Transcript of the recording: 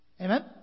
Amen